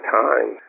time